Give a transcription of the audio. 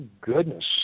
goodness